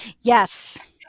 Yes